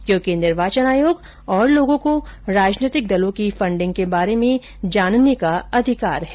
क्योंकि निर्वाचन आयोग और लोगों को राजनैतिक दलों की फंडिंग के बारे में जानने का अधिकार है